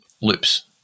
loops